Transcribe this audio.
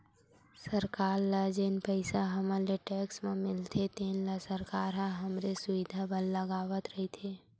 सरकार ल जेन पइसा हमर ले टेक्स म मिलथे तेन ल सरकार ह हमरे सुबिधा बर लगावत रइथे